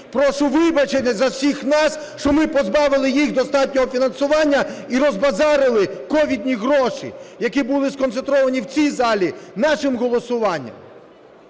Прошу вибачення за всіх нас, що ми позбавили їх достатнього фінансування і розбазарили ковідні гроші, які були сконцентровані в цій залі, нашим голосуванням.